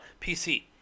PC